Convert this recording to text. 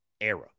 era